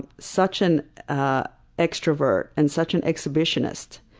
such an ah extrovert and such an exhibitionist.